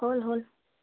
হ'ল হ'ল